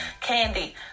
Candy